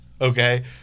Okay